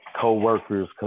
co-workers